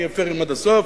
נהיה פיירים עד הסוף,